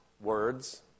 words